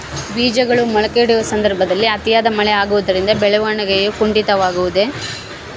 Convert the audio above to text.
ಬೇಜಗಳು ಮೊಳಕೆಯೊಡೆಯುವ ಸಂದರ್ಭದಲ್ಲಿ ಅತಿಯಾದ ಮಳೆ ಆಗುವುದರಿಂದ ಬೆಳವಣಿಗೆಯು ಕುಂಠಿತವಾಗುವುದೆ?